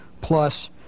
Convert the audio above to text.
plus